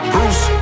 Bruce